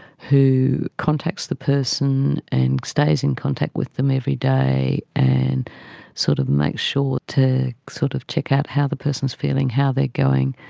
who contacts the person and stays in contact with them every day and sort of makes sure to sort of check out how the person is feeling, how they're going,